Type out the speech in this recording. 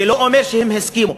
זה לא אומר שהם הסכימו.